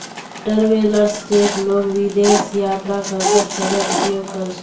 travellers cheque लोग विदेश यात्रा करते समय उपयोग कर छे